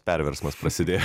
perversmas prasidėjo